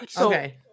okay